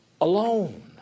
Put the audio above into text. alone